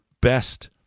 best